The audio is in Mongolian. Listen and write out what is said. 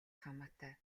хамаатай